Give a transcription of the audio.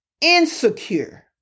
insecure